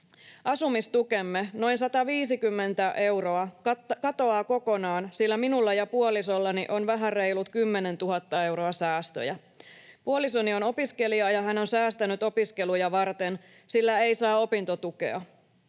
”Asumistukemme, noin 150 euroa, katoaa kokonaan, sillä minulla ja puolisollani on vähän reilut 10 000 euroa säästöjä. Puolisoni on opiskelija, ja hän on säästänyt opiskeluja varten, sillä ei saa opintotukea.